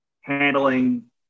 handling